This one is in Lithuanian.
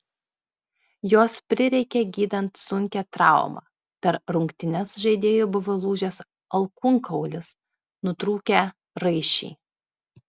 jos prireikė gydant sunkią traumą per rungtynes žaidėjui buvo lūžęs alkūnkaulis nutrūkę raiščiai